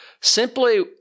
simply